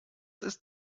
ist